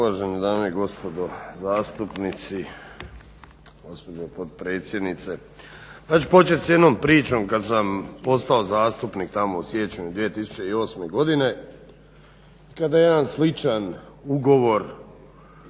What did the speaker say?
Uvažene dame i gospodo zastupnici, gospođo potpredsjednice. Ja ću počet s jednom pričom kad sam postao zastupnik, tamo u siječnju 2008. godine, kada je jedan sličan ugovor